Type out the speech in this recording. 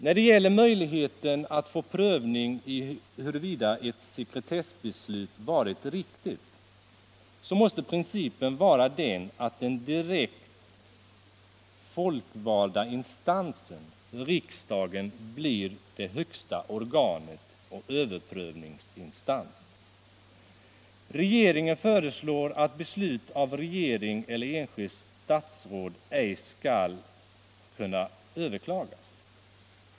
När det gäller möjligheten att få prövning av huruvida ett sekretessbeslut varit riktigt måste principen vara att den direkt folkvalda instansen — riksdagen — blir det extra organet och överprövningsinstans. Regeringen föreslår att beslut av regeringen eller enskilt statsråd ej skall kunna överklagas.